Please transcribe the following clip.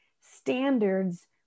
standards